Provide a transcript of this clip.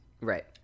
right